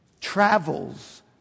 travels